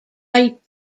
right